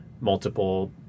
multiple